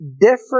different